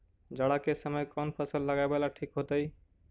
जाड़ा के समय कौन फसल लगावेला ठिक होतइ?